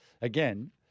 again